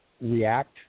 react